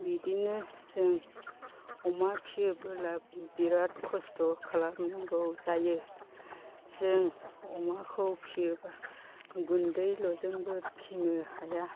बिदिनो जों अमा फिसियोब्ला बिराद खस्त' खालामनांगौ जायो जों अमाखौ फिसियोबा गुन्दैल'जोंबो फिसिनो हाया